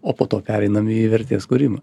o po to pereinam į vertės kūrimą